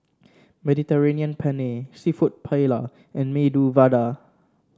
Mediterranean Penne seafood Paella and Medu Vada